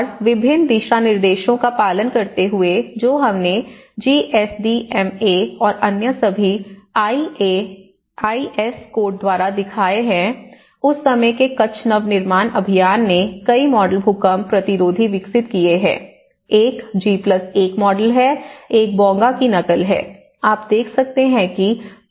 और विभिन्न दिशा निर्देशों का पालन करते हुए जो हमने जीएसडीएमए और अन्य सभी आईएस कोड द्वारा दिखाए हैं उस समय के कच्छ नव निर्माण अभियान ने कई मॉडल भूकंप प्रतिरोधी विकसित किए हैं एक जी 1 मॉडल है एक बोंगा की नकल है आप देख सकते हैं कि प्लिंथ सिल और छत पर बैंड है